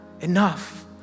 enough